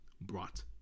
brought